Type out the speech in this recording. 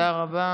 תודה רבה.